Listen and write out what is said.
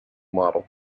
model